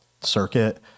circuit